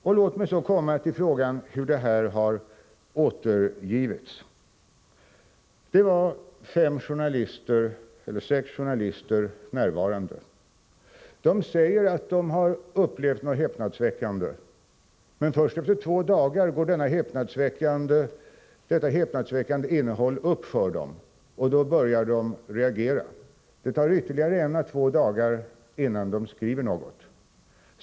Och låt mig så komma till frågan, hur det här har återgivits. Det var sex journalister närvarande. De säger att de har upplevt något häpnadsväckande. Men först efter två dagar går detta häpnadsväckande innehåll upp för dem, och då börjar de reagera. Det tar ytterligare en å två dagar innan de skriver något.